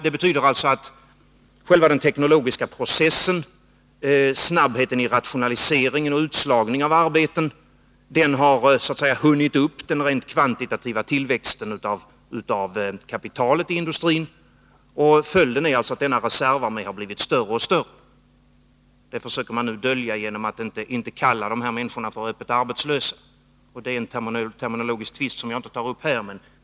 Det betyder alltså att själva den teknologiska processen, snabbheten i rationaliseringen och utslagningen av arbeten så att säga har hunnit upp den rent kvantitativa tillväxten av kapitalet i industrin. Följden är alltså att denna reservarmé har blivit större och större. Det försöker man nu dölja genom att inte kalla de här människorna för öppet arbetslösa. Det är en terminologisk tvist, som jag inte tar upp här.